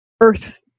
Earth